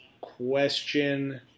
question